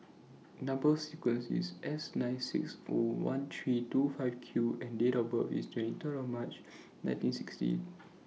Number sequence IS S nine six O one three two five Q and Date of birth IS twenty three March nineteen sixty